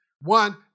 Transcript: one